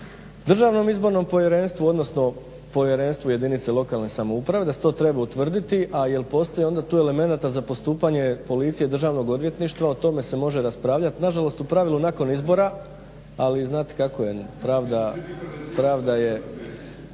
Državnom izbornom povjerenstvu, odnosno povjerenstvu jedinica lokalne samouprave, da se to treba utvrditi, a jel postoje onda tu elemenata za postupanje policije, državnog odvjetništva, o tome se može raspravljati. Nažalost u pravilu nakon izbora, ali znate kako je, pravda je,